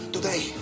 Today